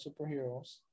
superheroes